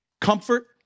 comfort